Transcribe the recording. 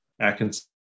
Atkinson